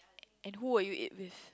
and who will you eat with